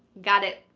got it.